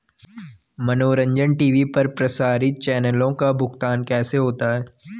मनोरंजन टी.वी पर प्रसारित चैनलों का भुगतान कैसे होता है?